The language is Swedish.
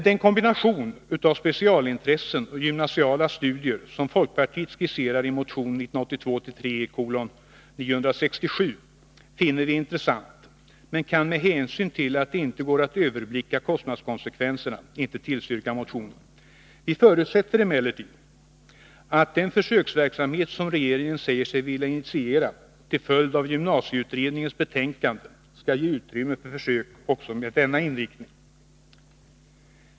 Den kombination av specialintressen och gymnasiala studier som folkpartiet skisserar i motion 1982/83:967 finner vi intressant, men vi kan, med hänsyn till att det inte går att överblicka kostnadskonsekvenserna, inte tillstyrka motionen. Vi förutsätter emellertid, att den försöksverksamhet som regeringen säger sig vilja initiera till följd av gymnasieutredningens betänkande skall ge utrymme för försök också med denna inriktning.